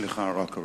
סליחה, רק רגע.